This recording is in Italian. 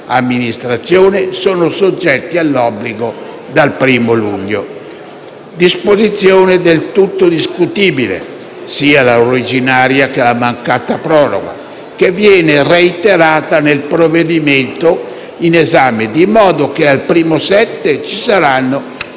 amministrazione sono soggetti all'obbligo dal 1° luglio. Si tratta di disposizione del tutto discutibile (sia l'originaria, che la mancata proroga), che viene reiterata nel provvedimento in esame, di modo che dal 1° luglio ci saranno